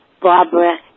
Barbara